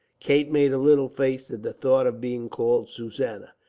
kate made a little face at the thought of being called susanna.